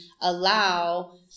allow